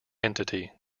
entity